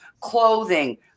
clothing